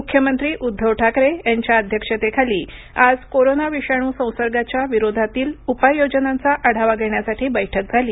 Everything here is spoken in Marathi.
मुख्यमंत्री उद्धव ठाकरे यांच्या अध्यक्षतेखाली आज कोरोना विषाणू संसर्गाच्या विरोधातील उपाययोजनांचा आढावा घेण्यासाठी बैठक झाली